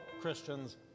Christians